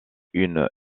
une